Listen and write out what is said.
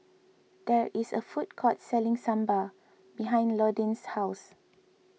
there is a food court selling Sambar behind Londyn's house